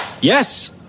Yes